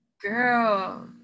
girl